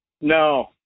No